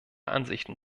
ansichten